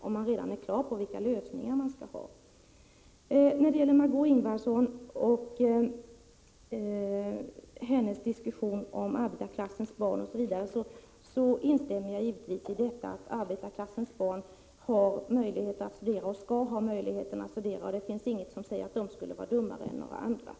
Om man redan är på det klara med vilken lösning man skall ha behöver man ju inte någon utredning. Jag instämmer givetvis i det som Margö Ingvardsson sade om att arbetarklassens barn har möjlighet att studera och skall ha möjlighet till detta. Det finns inget som säger att de skulle vara dummare än några andra.